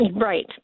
Right